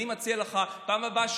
אני מציע לך שבפעם הבאה,